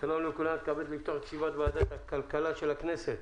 אני מתכבד לפתוח את ישיבת ועדת הכלכלה של הכנסת.